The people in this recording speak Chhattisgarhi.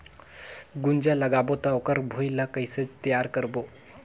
गुनजा लगाबो ता ओकर भुईं ला कइसे तियार करबो?